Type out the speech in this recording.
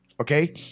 Okay